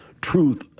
truth